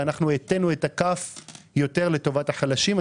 ואנחנו הטינו את הכף יותר לטובת החלשים.